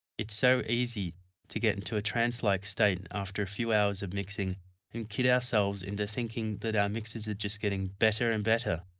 it's so easy to get into a trance like state and after a few hours of mixing and kid ourselves into thinking that our mixes are just getting better and better.